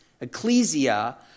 Ecclesia